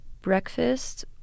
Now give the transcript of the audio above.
Breakfast